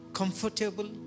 comfortable